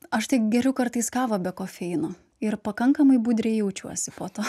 aš tai geriu kartais kavą be kofeino ir pakankamai budriai jaučiuosi po to